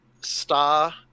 star